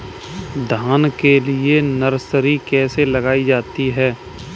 धान के लिए नर्सरी कैसे लगाई जाती है?